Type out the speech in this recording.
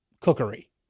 cookery